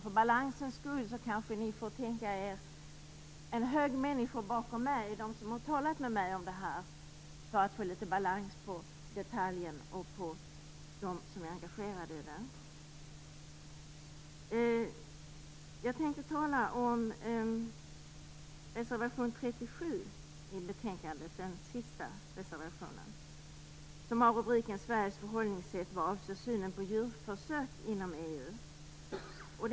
För balansens skull får ni kanske tänka er att det står många engagerade människor bakom mig som har talat med mig om detta. Jag tänkte tala om reservation 37, som har rubriken Sveriges förhållningssätt vad avser synen på djurförsök inom EU.